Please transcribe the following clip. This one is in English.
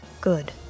Good